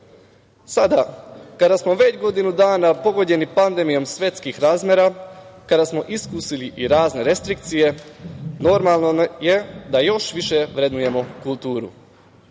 kada smo već godinu dana pogođeni pandemijom svetskih razmera, kada smo iskusili i razne restrikcije, normalno je da još više vrednujemo kulturu. Siguran